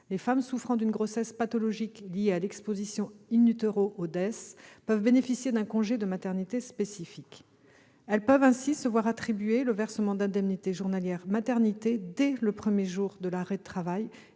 les femmes souffrant d'une grossesse pathologique liée à l'exposition au DES peuvent bénéficier d'un congé de maternité spécifique. Elles peuvent se voir attribuer le versement d'indemnités journalières maternité dès le premier jour de l'arrêt de travail